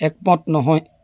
একমত নহয়